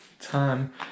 time